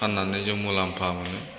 फाननानै जों मुलामफा मोनो